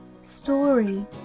Story